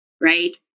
right